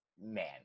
man